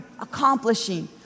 accomplishing